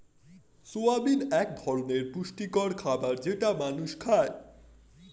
soybean এক ধরনের পুষ্টিকর খাবার যেটা মানুষ খায়